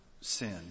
sin